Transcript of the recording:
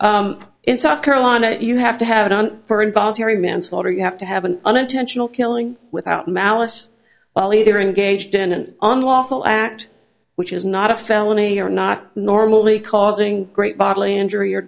qualify in south carolina you have to have it on for involuntary manslaughter you have to have an unintentional killing without malice while either engaged in an unlawful act which is not a felony or not normally causing great bodily injury or